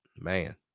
Man